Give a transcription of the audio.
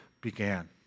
began